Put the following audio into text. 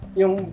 yung